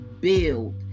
build